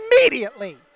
immediately